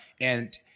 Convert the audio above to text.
And-